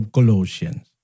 Colossians